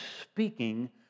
speaking